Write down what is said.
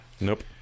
Nope